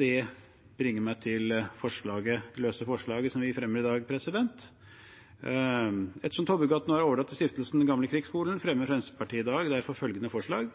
Det bringer meg til det løse forslaget som vi fremmer i dag. Ettersom Tollbugata 10 nå er overlatt til Stiftelsen Den Gamle Krigsskole, fremmer Fremskrittspartiet i dag derfor følgende forslag: